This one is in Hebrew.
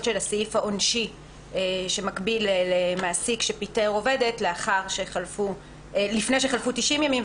של הסעיף העונשי שמקביל למעסיק שפיטר עובדת לפני שחלפו 90 ימים,